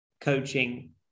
coaching